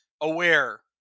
aware